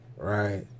Right